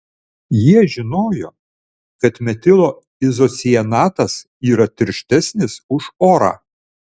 jie žinojo kad metilo izocianatas yra tirštesnis už orą